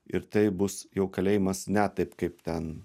ir tai bus jau kalėjimas ne taip kaip ten